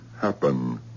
happen